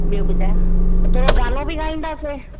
ॿियो ॿुधाए थोरो गानो बि ॻाईंदासीं